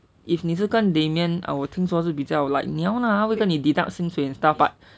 if 你是跟 damian ah 我听说是比较 like 你要啦他会 deduct 薪水 and stuff lah but